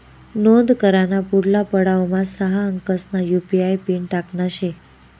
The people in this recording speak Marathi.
नोंद कराना पुढला पडावमा सहा अंकसना यु.पी.आय पिन टाकना शे